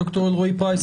דוקטור אלרעי פרייס,